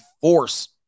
force